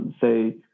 say